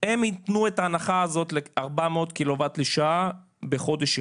הם יתנו את ההנחה הזאת ל-400 קילו וואט לשעה בחודש אחד,